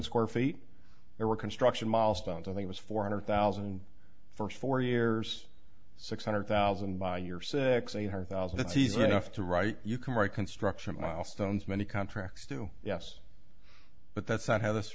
square feet they were construction milestones and he was four hundred thousand for four years six hundred thousand by your six eight hundred thousand it's easy enough to write you can write construction milestones many contracts do yes but that's not how this